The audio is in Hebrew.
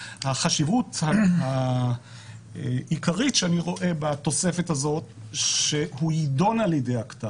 החשיבות העיקרית שאני רואה בתוספת הזאת היא שהוא יידון על ידי ---,